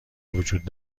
وجود